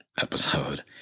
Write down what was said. episode